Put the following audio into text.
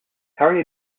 currie